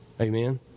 Amen